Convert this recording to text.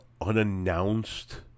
unannounced